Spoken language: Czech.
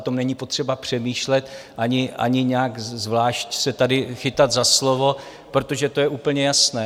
O tom není potřeba přemýšlet ani nějak zvlášť se tady chytat za slovo, protože to je úplně jasné.